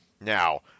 Now